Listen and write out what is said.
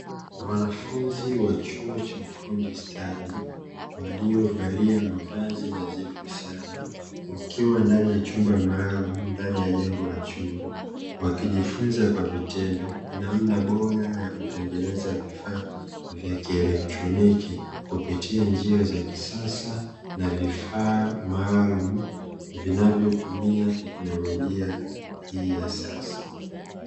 Wanafunzi wa chuo cha ufundi stadi waliovalia mavazi nadhifu sana wakiwa ndani ya chumba maalumu ndani ya jengo la chuo, wakijifunza kwa vitendo namna bora ya kutengeneza vifaa vya kielekroniki kupitia njia za kisasa na vifaa maalumu vinavyotumia teknolojia hii ya sasa.